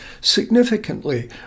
Significantly